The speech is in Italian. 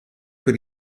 per